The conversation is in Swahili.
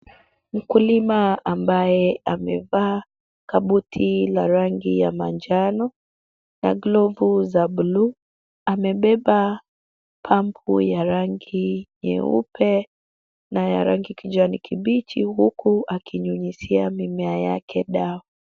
Mkulima ambaye amevaa kabuti la rangi ya manjano na glovu za blue , amebeba pampu ya rangi nyeupe na ya rangi kijani kibichi, huku akinyunyizia mimea yake dawa.